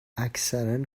اکثرا